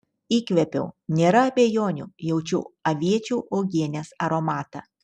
įkvėpiau nėra abejonių jaučiu aviečių uogienės aromatą